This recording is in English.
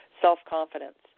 self-confidence